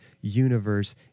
universe